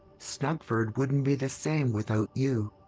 snuggford wouldn't be the same without you.